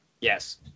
Yes